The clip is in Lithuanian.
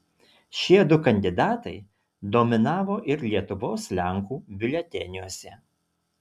šie du kandidatai dominavo ir lietuvos lenkų biuleteniuose